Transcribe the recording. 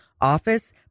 office